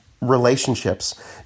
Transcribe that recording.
relationships